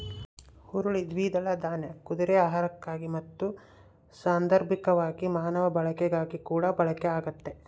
ಹುರುಳಿ ದ್ವಿದಳ ದಾನ್ಯ ಕುದುರೆ ಆಹಾರಕ್ಕಾಗಿ ಮತ್ತು ಸಾಂದರ್ಭಿಕವಾಗಿ ಮಾನವ ಬಳಕೆಗಾಗಿಕೂಡ ಬಳಕೆ ಆಗ್ತತೆ